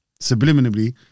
Subliminally